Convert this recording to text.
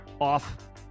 Off